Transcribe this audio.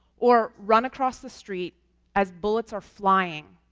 or, run across the street as bullets are flying,